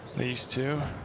these two,